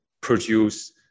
produce